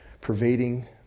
pervading